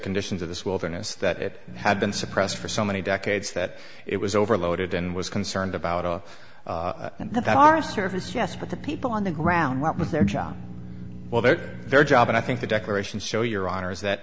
conditions of this wilderness that it had been suppressed for so many decades that it was overloaded and was concerned about of the forest service yes but the people on the ground what was their job well their their job and i think the decorations show your honor is that